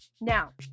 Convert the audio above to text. Now